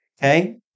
Okay